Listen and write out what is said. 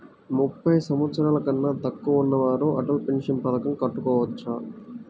ముప్పై సంవత్సరాలకన్నా తక్కువ ఉన్నవారు అటల్ పెన్షన్ పథకం కట్టుకోవచ్చా?